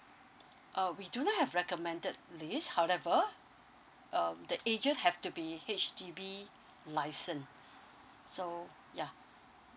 uh we do not have recommended list however um the agent have to be H_D_B license so ya